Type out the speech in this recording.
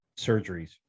surgeries